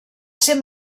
ser